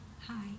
Hi